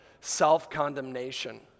self-condemnation